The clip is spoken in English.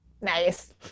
Nice